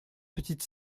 petite